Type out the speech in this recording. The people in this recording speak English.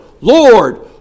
Lord